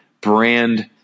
brand